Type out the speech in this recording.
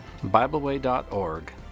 BibleWay.org